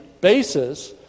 basis